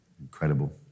Incredible